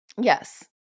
Yes